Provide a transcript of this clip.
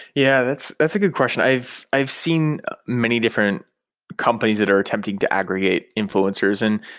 yeah, that's that's a good question. i've i've seen many different companies that are attempting to aggregate influencers, and